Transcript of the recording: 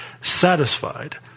Satisfied